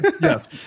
Yes